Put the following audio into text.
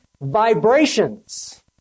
vibrations